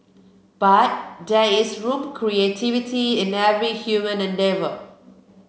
but there is room creativity in every human endeavour